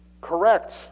correct